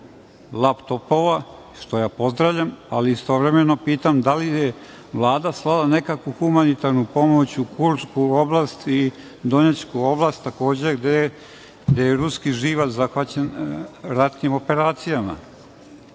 laptopova, što ja pozdravljam, ali istovremeno pitam – da li je Vlada slala nekakvu humanitarnu pomoć u Kursku oblast i Donjecku oblast, gde je ruski živalj zahvaćen ratnim operacijama? Postavio